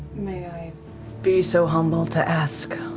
may i be so humble to ask